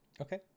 Okay